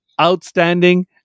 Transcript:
outstanding